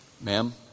Ma'am